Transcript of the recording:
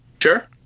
Sure